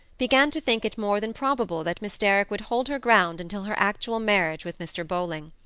began to think it more than probable that miss derrick would hold her ground until her actual marriage with mr. bowling.